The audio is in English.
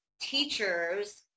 teachers